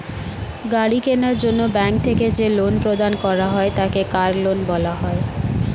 গাড়ি কেনার জন্য ব্যাঙ্ক থেকে যে লোন প্রদান করা হয় তাকে কার লোন বলা হয়